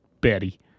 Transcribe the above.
Betty